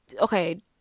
okay